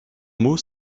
mot